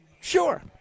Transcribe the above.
Sure